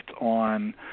on